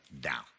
down